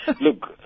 Look